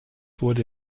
wurde